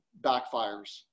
backfires